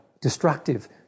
destructive